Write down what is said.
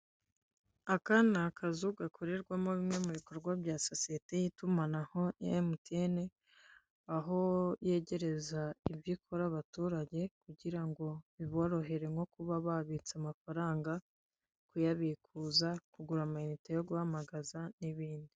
Ikigo ngororamuco cyangwa gereza ya Huye ifungiwemo imfungwa zakatiwe igifungo k'imyaka runaka bitewe n'ibyaha bakoze. Hubakishijwe amabuye akomeye ndetse n'ibyuma.